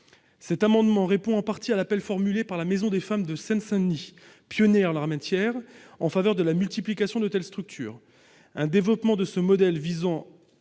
Cet amendement répond en partie à l'appel formulé par la Maison des femmes de Seine-Saint-Denis, pionnière en la matière, en faveur de la multiplication de telles structures. Le développement de ce modèle a